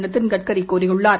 நிதின் கட்கரி கூறியுள்ளார்